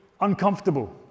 uncomfortable